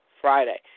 Friday